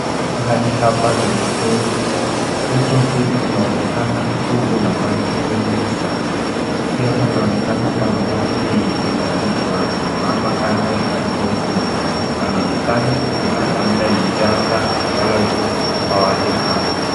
Pahali hapa ni mtoni. Mto huu unaonekana una maji mengi sana. Pia panaonekana pana watu wengi waliosimama kando ya mto huu. Panaonekana kuwa, labda ni janga ambalo limewakumba watu hawa.